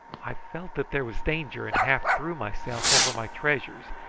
i felt that there was danger, and half threw myself over my treasures,